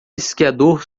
esquiador